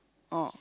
oh